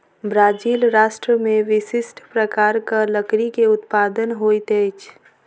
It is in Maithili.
ब्राज़ील राष्ट्र में विशिष्ठ प्रकारक लकड़ी के उत्पादन होइत अछि